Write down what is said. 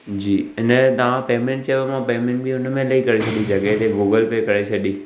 जी हिन जो तव्हां पेमेंट चयो मां पेमेंट बि हुन महिल ई करे छॾी जॻहि ते गुगल पे करे छॾी